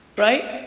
right?